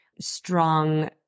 strong